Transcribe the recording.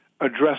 address